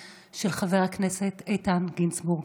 הצעת החוק תעבור לוועדת הכנסת לקביעת ועדה.